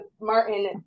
Martin